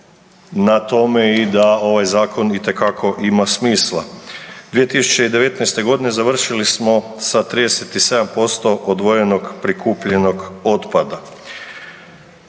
na tome i da ovaj zakon itekako ima smisla. 2019.g. završili smo sa 37% odvojenog prikupljenog otpada.